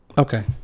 Okay